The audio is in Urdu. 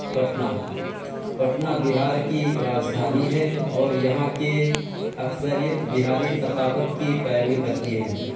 پٹنہ پٹنہ بہار کی راجدھانی ہے اور یہاں کی اکثریت بہاری ثقافت کی پیروی کرتی ہے